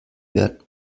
werden